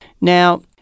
Now